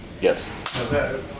Yes